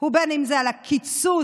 ובין שזה על הקיצוץ